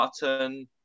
Button